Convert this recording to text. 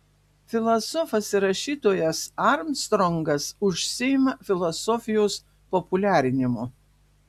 filosofas ir rašytojas armstrongas užsiima filosofijos populiarinimu